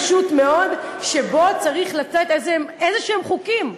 זה עניין פשוט מאוד, שבו צריך לתת חוקים כלשהם.